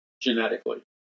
genetically